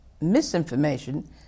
misinformation